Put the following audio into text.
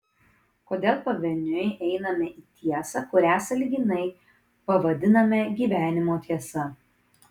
kodėl pavieniui einame į tiesą kurią sąlyginai pavadiname gyvenimo tiesa